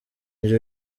indyo